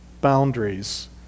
boundaries